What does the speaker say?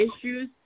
issues